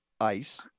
ice